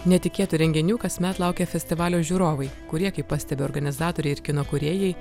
netikėtų renginių kasmet laukia festivalio žiūrovai kurie kaip pastebi organizatoriai ir kino kūrėjai